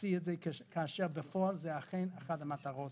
להוציא את זה, כאשר בפועל זאת אכן אחת המטרות.